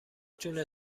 تونه